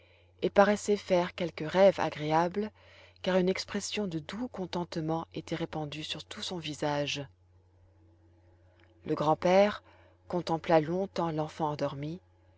et paraissait faire quelque rêve agréable car une expression de doux contentement était répandue sur tout son visage le grand-père contempla longtemps l'enfant endormie